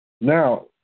Now